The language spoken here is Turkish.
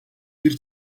bir